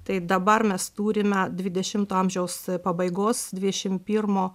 tai dabar mes turime dvidešimto amžiaus pabaigos dvidešim pirmo